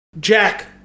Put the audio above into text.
Jack